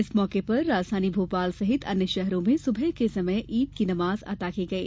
इस मौके पर राजधानी भोपाल सहित अन्य शहरों में सुबह के समय ईद की नमाज अता की गई